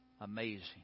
amazing